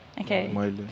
Okay